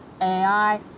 AI